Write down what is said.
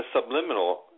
subliminal